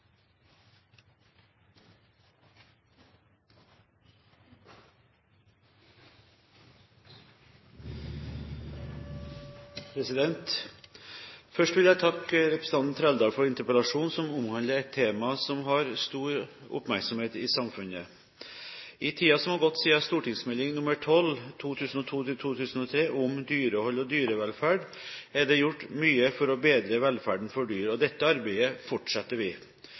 mulig. Først vil jeg takke representanten Trældal for interpellasjonen, som omhandler et tema som har stor oppmerksomhet i samfunnet. I tiden som har gått siden St.meld. nr. 12 for 2002–2003 Om dyrehold og dyrevelferd er det gjort mye for å bedre velferden for dyr, og dette arbeidet fortsetter vi.